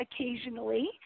occasionally